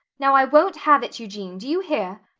now i won't have it, eugene do you hear?